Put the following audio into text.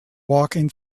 walking